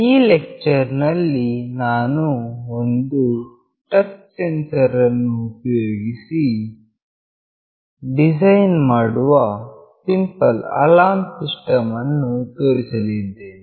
ಈ ಲೆಕ್ಚರ್ ನಲ್ಲಿ ನಾನು ಒಂದು ಟಚ್ ಸೆನ್ಸರ್ ಅನ್ನು ಉಪಯೋಗಿಸಿ ಡಿಸೈನ್ ಮಾಡಿರುವ ಸಿಂಪಲ್ ಅಲಾರ್ಮ್ ಸಿಸ್ಟಮ್ ಅನ್ನು ತೋರಿಸಲಿದ್ದೇನೆ